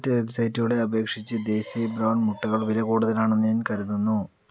മറ്റ് വെബ്സൈറ്റുകളെ അപേക്ഷിച്ച് ദേസി ബ്രൗൺ മുട്ടകൾ വില കൂടുതലാണെന്ന് ഞാൻ കരുതുന്നു